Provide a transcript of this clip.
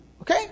okay